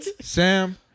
Sam